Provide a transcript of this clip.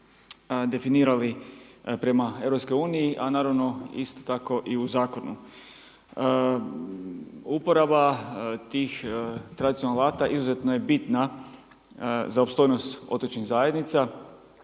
definirali prema EU, a naravno isto tako i u zakonu. Uporaba tih tradicionalnih alata izuzetno je bitna za opstojnost otočnih zajednica.